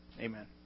amen